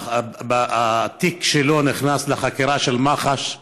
התיק שלו נכנס לחקירה של מח"ש.